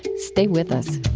stay with us